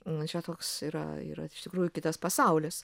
nu čia toks yra yra iš tikrųjų kitas pasaulis